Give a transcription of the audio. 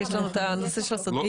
יש לנו את הנושא של הסודיות.